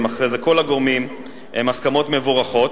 אחרי זה כל הגורמים הן הסכמות מבורכות.